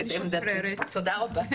תודה רבה.